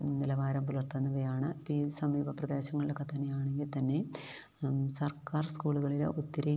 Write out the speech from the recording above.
നിലവാരം പുലർത്തുന്നവയാണ് ഇപ്പോള് ഈ സമീപ പ്രദേശങ്ങളിലൊക്കെ തന്നെയാണെങ്കില് തന്നെ സർക്കാർ സ്കൂളുകളില് ഒത്തിരി